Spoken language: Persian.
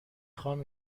خوام